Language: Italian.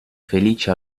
felici